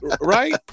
Right